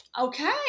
Okay